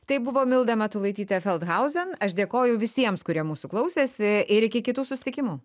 tai buvo milda matulaitytė feldhausen aš dėkoju visiems kurie mūsų klausėsi ir iki kitų susitikimų